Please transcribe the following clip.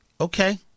Okay